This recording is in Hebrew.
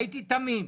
הייתי תמים.